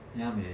ya man